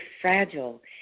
fragile